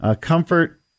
comfort